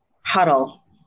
huddle